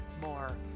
more